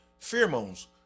Pheromones